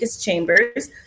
chambers